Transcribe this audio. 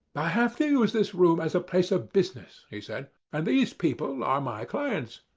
i have to use this room as a place of business, he said, and these people are my clients.